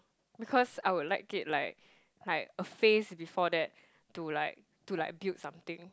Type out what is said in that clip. because I would like it like like a face before that to like to like build something